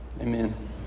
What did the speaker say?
amen